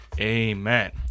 Amen